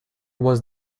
was